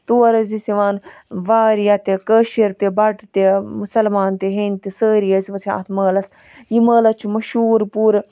تور حظ ٲسۍ یِوان واریاہ تہِ کٲشِر تہِ بَٹہٕ تہٕ مُسَلمان تہٕ ہیٚنٛدۍ تہِ سٲری ٲسۍ اتھ مٲلَس یہِ مٲلہٕ حظ چھُ مَشور پوٗرٕ